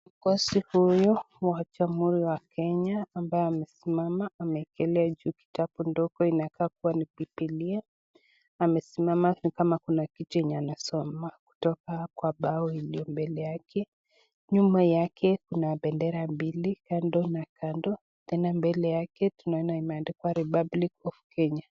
Kikozi huyu wa jamhuri ya Kenya ambaye amesimama amewekelea juu kitabu ndogo inakaa kaa ni bibilia amesimama nikama kuna kitu jenye anasoma kutoka kwa bao yenye mbele yake. Nyuma yake kuna bendera yake mbili kando na kando tena mbele yake imeandikwa Republic of Kenya.